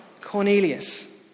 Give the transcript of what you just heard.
Cornelius